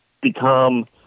become